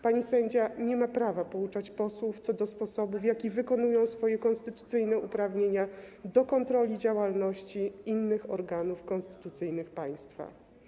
Pani sędzia nie ma prawa pouczać posłów co do sposobu, w jaki wykonują swoje konstytucyjne uprawnienia do kontroli działalności innych organów konstytucyjnych państwa.